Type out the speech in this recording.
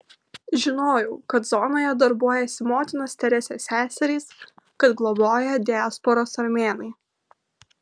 žinojau kad zonoje darbuojasi motinos teresės seserys kad globoja diasporos armėnai